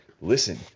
listen